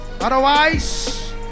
Otherwise